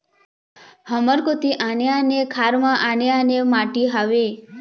हमर कोती आने आने खार म आने आने माटी हावे?